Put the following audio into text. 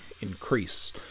increase